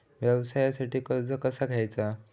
व्यवसायासाठी कर्ज कसा घ्यायचा?